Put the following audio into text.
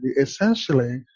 essentially